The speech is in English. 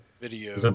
video